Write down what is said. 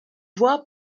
voie